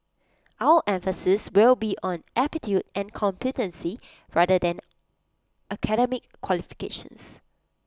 our emphasis will be on aptitude and competency rather than academic qualifications